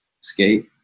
skate